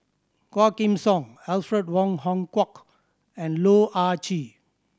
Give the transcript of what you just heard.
Quah Kim Song Alfred Wong Hong Kwok and Loh Ah Chee